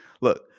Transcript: look